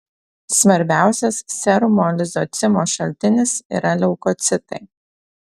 svarbiausias serumo lizocimo šaltinis yra leukocitai